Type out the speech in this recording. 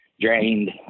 drained